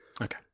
Okay